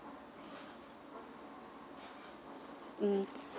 mm